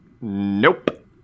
nope